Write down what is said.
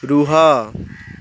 ରୁହ